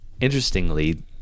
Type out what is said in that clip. interestingly